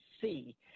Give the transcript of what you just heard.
see